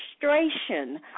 frustration